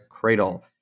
cradle